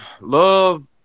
Love